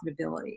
profitability